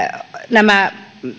nämä